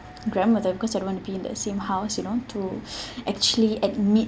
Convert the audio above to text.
grandmother because I don't want to be in the same house you know to actually admit